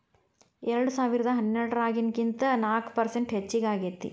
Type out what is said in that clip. ಎರೆಡಸಾವಿರದಾ ಹನ್ನೆರಡರಾಗಿನಕಿಂತ ನಾಕ ಪರಸೆಂಟ್ ಹೆಚಗಿ ಆಗೇತಿ